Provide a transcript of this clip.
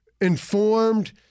informed